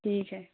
ٹھیک ہے